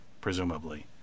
presumably